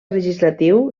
legislatiu